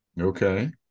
Okay